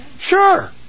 Sure